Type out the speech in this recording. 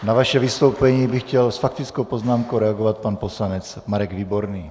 Na vaše vystoupení by chtěl s faktickou poznámkou reagovat pan poslanec Marek Výborný.